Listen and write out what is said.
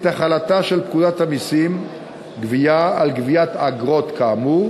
החלתה של פקודת המסים (גבייה) על גביית אגרות כאמור